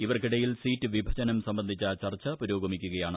ഇവർക്കിടയിൽ seat വിഭജനം സംബന്ധിച്ച ചർച്ച പുരോഗമിക്കുകയാണ്